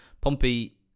Pompey